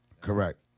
Correct